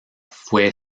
fue